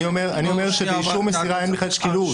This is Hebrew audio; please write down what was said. אני אומר שבאישור מסירה אין בכלל שקילות.